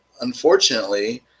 unfortunately